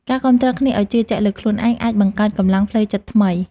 ការគាំទ្រគ្នាឲ្យជឿជាក់លើខ្លួនឯងអាចបង្កើតកម្លាំងផ្លូវចិត្តថ្មី។